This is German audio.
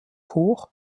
hoch